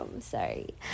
sorry